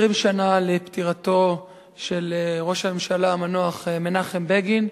20 שנה לפטירתו של ראש הממשלה המנוח מנחם בגין.